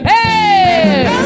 Hey